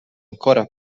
ancora